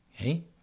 okay